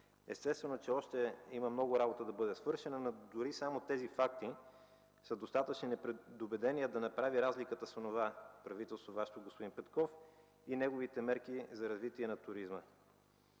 Естествено, че още има много работа да бъде свършена, но дори само тези факти са достатъчно непредубедени да се направи разликата с онова правителство – Вашето, господин Петков, и неговите мерки за развитие на туризма,